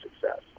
success